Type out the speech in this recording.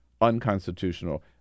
unconstitutional